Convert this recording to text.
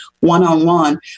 one-on-one